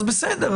אז בסדר,